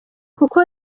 kuko